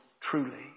truly